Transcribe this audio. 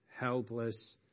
helpless